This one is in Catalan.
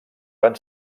van